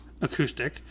acoustic